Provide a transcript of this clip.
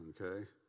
okay